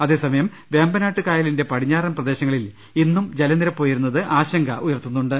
അതേ സമയം വേമ്പനാട്ടുകായലിന്റെ പടിഞ്ഞാറൻ പ്രദേശങ്ങളിൽ ഇന്നും ജലനി രപ്പ് ഉയരുന്നത് ആശങ്ക ഉയർത്തുന്നുണ്ട്